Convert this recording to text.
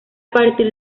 partir